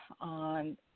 on